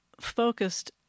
focused